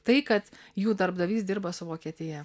tai kad jų darbdavys dirba su vokietija